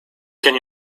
can